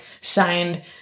signed